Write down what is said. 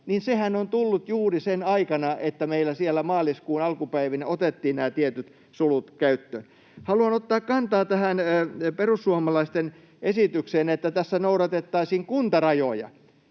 niin sehän on tullut juuri sen jälkeen, kun meillä siellä maaliskuun alkupäivinä otettiin nämä tietyt sulut käyttöön. Haluan ottaa kantaa tähän perussuomalaisten esitykseen, että tässä noudatettaisiin kuntarajoja.